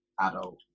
adult